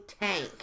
tank